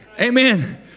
Amen